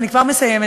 אני כבר מסיימת,